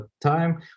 time